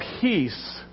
peace